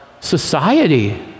society